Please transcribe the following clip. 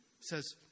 says